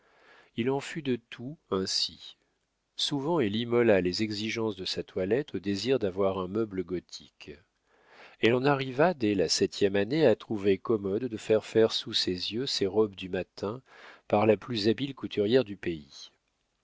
il en fut de tout ainsi souvent elle immola les exigences de sa toilette au désir d'avoir un meuble gothique elle en arriva dès la septième année à trouver commode de faire faire sous ses yeux ses robes du matin par la plus habile couturière du pays